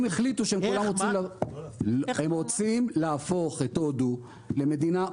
הם רוצים להפוך את הודו למדינה מוגבלת.